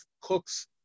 cooks